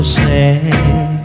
sad